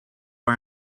are